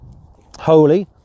holy